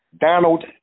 Donald